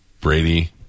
Brady